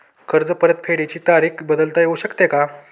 कर्ज परतफेडीची तारीख बदलता येऊ शकते का?